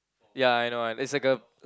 ya I know one it's like a